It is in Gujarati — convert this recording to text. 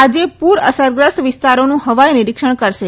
આજે તેઓ પૂર અસરગ્રસ્ત વિસ્તારોનું હવાઈ નિરિક્ષણ કરશે